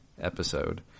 episode